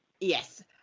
Yes